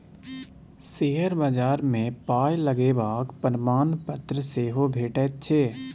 share बजार मे पाय लगेबाक प्रमाणपत्र सेहो भेटैत छै